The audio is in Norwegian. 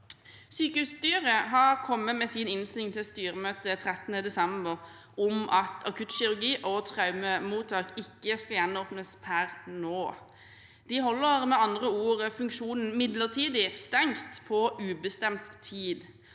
Sykehusstyret har kommet med sin innstilling til styremøtet 13. desember, om at akuttkirurgi- og traumemottak ikke skal gjenåpnes per nå. De holder med andre ord funksjonen midlertidig stengt på ubestemt tid.